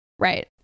Right